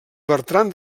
bertran